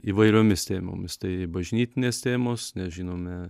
įvairiomis tėmomis tai bažnytinės tėmos nes žinome